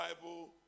Bible